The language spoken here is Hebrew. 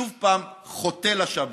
שוב, חוטא לשבת.